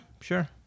sure